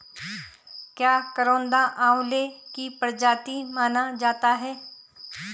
क्या करौंदा आंवले की प्रजाति माना जाता है?